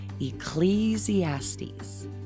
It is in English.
Ecclesiastes